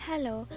Hello